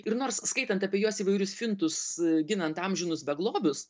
ir nors skaitant apie jos įvairius fintus ginant amžinus beglobius